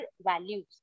values